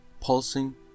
pulsing